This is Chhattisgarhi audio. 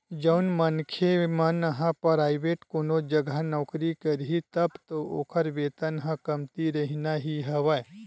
जउन मनखे मन ह पराइवेंट कोनो जघा नौकरी करही तब तो ओखर वेतन ह कमती रहिना ही हवय